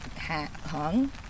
hung